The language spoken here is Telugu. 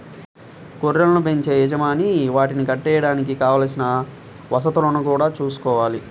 గొర్రెలను బెంచే యజమాని వాటిని కట్టేయడానికి కావలసిన వసతులను గూడా చూసుకోవాలి